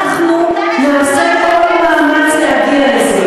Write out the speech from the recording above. כמה חיילים, ואנחנו נעשה כל מאמץ להגיע לזה.